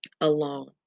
alone